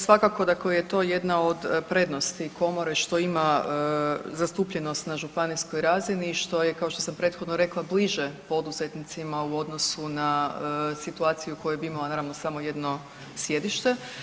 Svakako dakle je to jedna od prednosti Komore što ima zastupljenost na županijskoj razini i što je, kao što sam prethodno rekla, bliže poduzetnicima u odnosu na situaciju koja bi imala, naravno, samo jedno sjedište.